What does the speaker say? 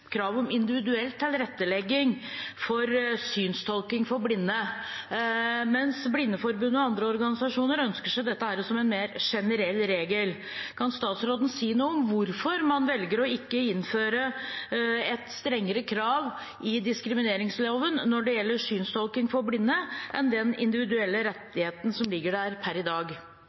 krav om individuell tilrettelegging for synstolking for blinde, mens Blindeforbundet og andre organisasjoner ønsker seg dette som en mer generell regel. Kan statsråden si noe om hvorfor man velger å ikke innføre et strengere krav i diskrimineringsloven når det gjelder synstolking for blinde, enn den individuelle rettigheten som ligger der per i dag?